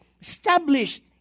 established